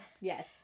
Yes